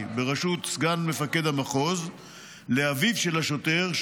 בראשות סגן מפקד המחוז לאביו של השוטר,